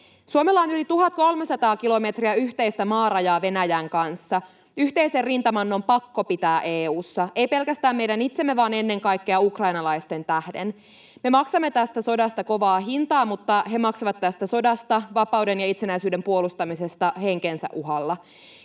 Suomella on yli 1 300 kilometriä yhteistä maarajaa Venäjän kanssa. Yhteisen rintaman on pakko pitää EU:ssa, ei pelkästään meidän itsemme vaan ennen kaikkea ukrainalaisten tähden. Me maksamme tästä sodasta kovaa hintaa, mutta he maksavat tästä sodasta, vapauden ja itsenäisyyden puolustamisesta, henkensä uhalla,